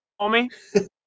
homie